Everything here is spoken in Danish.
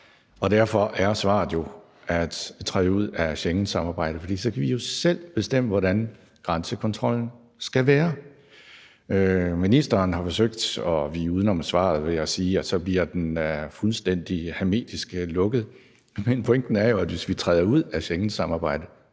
Derfor er svaret jo at træde ud af Schengensamarbejdet, for så kan vi selv bestemme, hvordan grænsekontrollen skal være. Ministeren har forsøgt at vige uden om svaret ved at sige, at så bliver den fuldstændig hermetisk lukket, men pointen er jo, at hvis vi træder ud af Schengensamarbejdet,